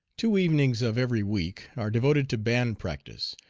two evenings of every week are devoted to band practice,